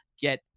get